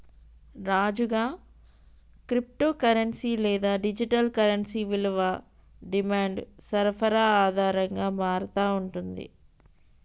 రాజుగా, crypto currency లేదా digital currency విలువ డిమాండ్ సరఫరా ఆధారంగా మారతా ఉంటుంది